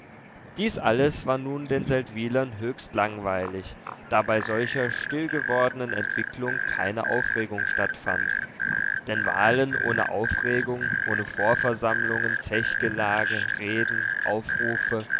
dies alles war nun den seldwylern höchst langweilig da bei solcher stillgewordenen entwicklung keine aufregung stattfand denn wahlen ohne aufregung ohne vorversammlungen zechgelage reden aufrufe